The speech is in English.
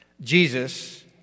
Jesus